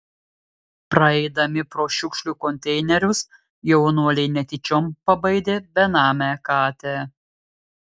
praeidami pro šiukšlių konteinerius jaunuoliai netyčiom pabaidė benamę katę